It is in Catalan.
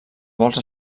vols